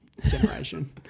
Generation